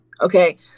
Okay